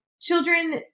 children